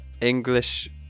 English